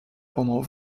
pendant